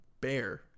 Bear